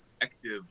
effective